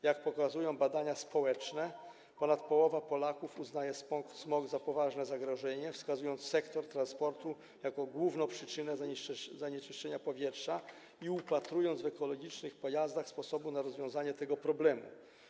Jak pokazują badania społeczne, ponad połowa Polaków uznaje smog za poważne zagrożenie, wskazując sektor transportu jako główną przyczynę zanieczyszczenia powietrza i upatrując w ekologicznych pojazdach sposób na rozwiązanie tego problemu.